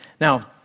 Now